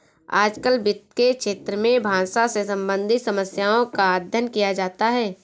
आजकल वित्त के क्षेत्र में भाषा से सम्बन्धित समस्याओं का अध्ययन किया जाता है